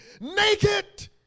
Naked